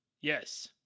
Yes